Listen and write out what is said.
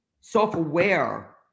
self-aware